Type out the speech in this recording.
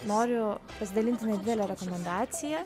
noriu pasidalinti nedidele rekomendacija